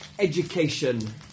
Education